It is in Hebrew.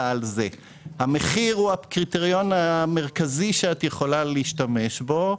המחיר הוא הקריטריון המרכזי שאת יכולה להשתמש בו,